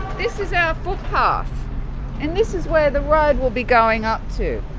this is our footpath and this is where the road will be going up to.